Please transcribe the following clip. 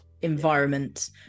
environment